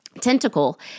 tentacle